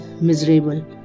miserable